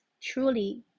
truly